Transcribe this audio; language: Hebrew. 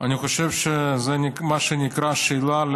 אני חושב שזה מה שנקרא שאלה,